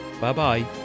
Bye-bye